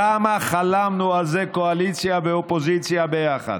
כמה חלמנו על זה, קואליציה ואופוזיציה ביחד.